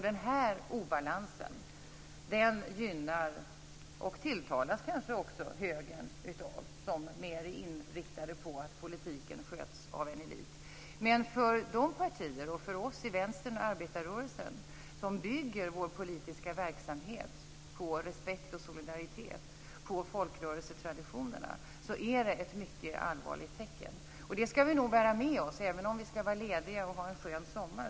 Den här obalansen gynnar och kanske också tilltalar högern, där man är mer inriktad på att politiken sköts av en elit. Men för oss i vänstern och arbetarrörelsen, som bygger vår politiska verksamhet på respekt och solidaritet och på folkrörelsetraditionerna, är det ett mycket allvarligt tecken. Det skall vi nog bära med oss, även om vi skall vara lediga och ha en skön sommar.